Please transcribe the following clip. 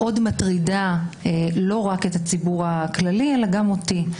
מטרידה מאוד לא רק את הציבור הכללי אלא גם אותי.